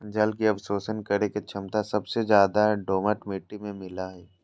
जल के अवशोषण करे के छमता सबसे ज्यादे दोमट मिट्टी में मिलय हई